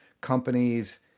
companies